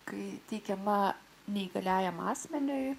kai teikiama neįgaliajam asmeniui